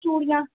चूड़ियां